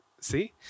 See